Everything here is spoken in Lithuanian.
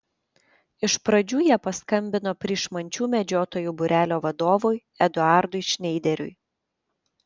iš pradžių jie paskambino pryšmančių medžiotojų būrelio vadovui eduardui šneideriui